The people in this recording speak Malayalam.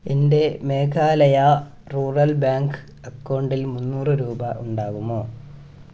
എൻ്റെ മേഘാലയ റൂറൽ ബാങ്ക് അക്കൗണ്ടിൽ മുന്നൂറ് രൂപ ഉണ്ടാകുമോ